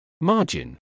Margin